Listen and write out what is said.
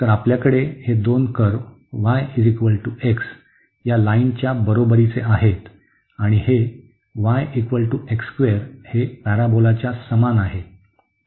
तर आपल्याकडे हे दोन कर्व्ह yx या लाईनच्या बरोबरीचे आहेत आणि हे y हे पॅराबोलाच्या समान आहे